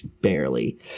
barely